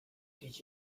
did